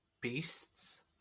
beasts